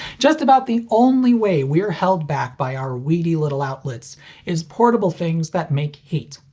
just about the only way we're held back by our weedy little outlets is portable things that make heat.